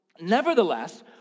Nevertheless